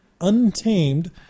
untamed